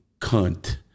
cunt